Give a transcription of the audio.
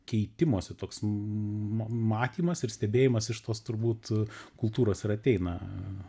keitimosi toks matymas ir stebėjimas iš tos turbūt kultūros ir ateina